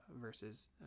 versus